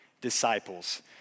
disciples